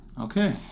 Okay